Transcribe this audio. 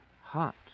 hot